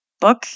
book